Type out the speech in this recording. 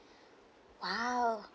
!wow!